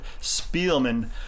Spielman